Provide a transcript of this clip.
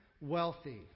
wealthy